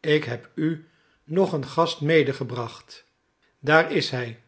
ik heb u nog een gast medegebracht daar is hij